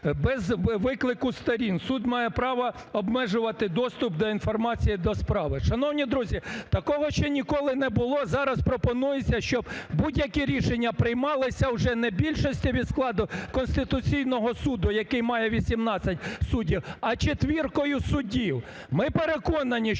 без виклику сторін, суд має право обмежувати доступ до інформації, до справи. Шановні друзі, такого ще ніколи не було, зараз пропонується, що будь-яке рішення приймалося вже не більшості від складу Конституційного Суду, який має 18 суддів, а четвіркою суддів. Ми переконані, що